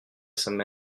some